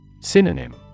Synonym